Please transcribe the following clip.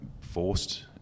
forced